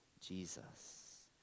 Jesus